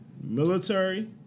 Military